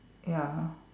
ya